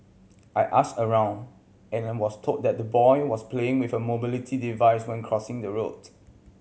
I asked around and was told that the boy was playing with a mobility device when crossing the road